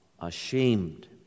ashamed